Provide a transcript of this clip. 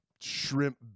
shrimp